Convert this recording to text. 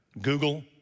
Google